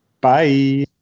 bye